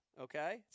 Okay